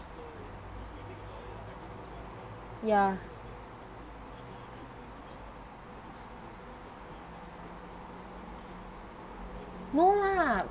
ya no lah